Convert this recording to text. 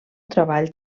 treball